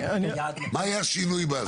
מה היה השינוי באסדרה?